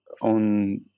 on